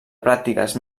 pràctiques